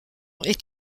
est